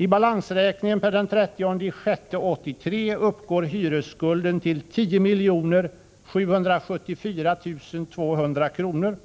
I balansräkningen per den 30 juni 1983 uppgår hyresskulden till 10 774 200 kr.,